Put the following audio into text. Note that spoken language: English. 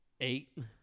Eight